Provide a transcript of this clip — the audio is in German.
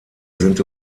sind